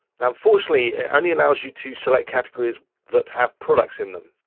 now unfortunately, it only allows you to select categories that have products in them.